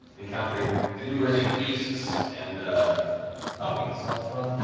encountering numerous beasts and talking cellphones.